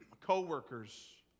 coworkers